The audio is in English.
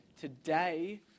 Today